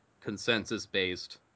consensus-based